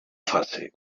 fase